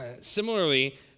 Similarly